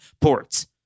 ports